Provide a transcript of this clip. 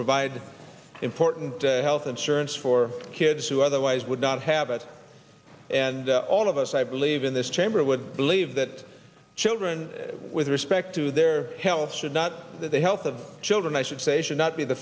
provide important health insurance for kids who otherwise would not have it and all of us i believe in this chamber would believe that children with respect to their health should not that the health of children i should say should not be the